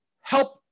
help